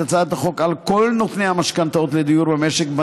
הצעת החוק על כל נותני המשכנתאות לדיור במשק,